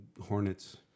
Hornets